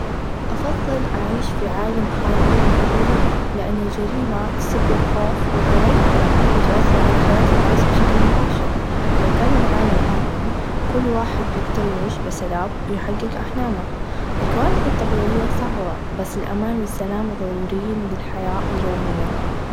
أفظل أعيش في عالم خالي من الچريمه لأن الچريمه تسبب خوف و قلق و تأثر على حياه الناس بشكل مباشر لو كان العالم آمن كل واحد بيقدر يعيش بسلام و يحقق أحلامه الكوارث الطبيعيه صعبه بس الأمان و السلام ظروريين للحياه اليوميه.